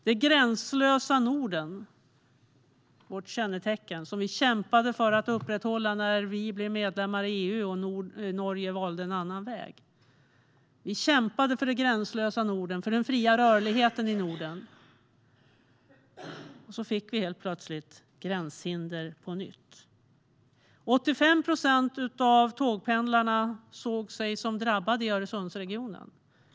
Det gränslösa Norden, vårt kännetecken, kämpade vi ju för att upprätthålla när vi blev medlemmar i EU och Norge valde en annan väg. Vi kämpade för det gränslösa Norden och för den fria rörligheten i Norden, men helt plötsligt fick vi gränshinder på nytt. I Öresundsregionen såg sig 85 procent av tågpendlarna som drabbade.